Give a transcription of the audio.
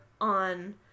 on